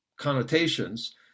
connotations